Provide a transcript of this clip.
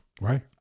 right